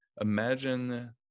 imagine